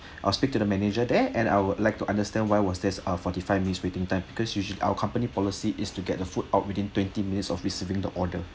I'll speak to the manager there and I would like to understand why was this ah forty-five minutes waiting time because usually our company policy is to get the food out within twenty minutes of receiving the order